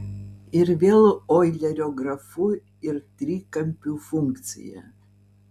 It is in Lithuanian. ir vėl oilerio grafų ir trikampių funkcija